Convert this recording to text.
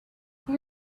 for